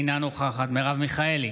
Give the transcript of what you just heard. אינה נוכחת מרב מיכאלי,